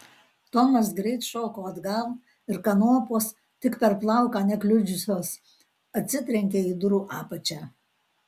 tomas greit šoko atgal ir kanopos tik per plauką nekliudžiusios atsitrenkė į durų apačią